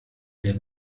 der